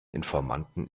informanten